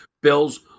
Bills